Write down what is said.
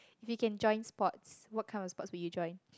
we can join sports what kind of sports will you join